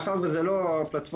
מאחר וזו לא פלטפורמה,